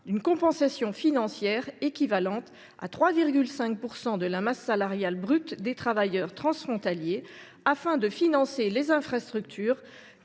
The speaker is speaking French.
d’une compensation financière équivalente à 3,5 % de la masse salariale brute des travailleurs transfrontaliers afin de financer les infrastructures